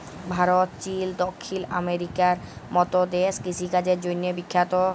Bharat, Chile, দখ্খিল আমেরিকার মত দ্যাশ কিষিকাজের জ্যনহে বিখ্যাত